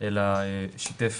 אלא שיתף